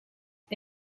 and